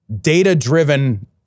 data-driven